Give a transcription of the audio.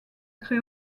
très